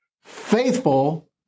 Faithful